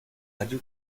radio